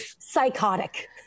Psychotic